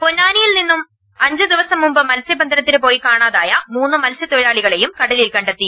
പൊന്നാനിയിൽ നിന്നും അഞ്ചു ദിവസം മുമ്പ് മത്സ്യ ബന്ധ നത്തിനു പോയി കാണാതായ മൂന്ന് മത്സ്യ തൊഴിലാളികളെയും കടലിൽ കണ്ടെത്തി